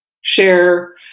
share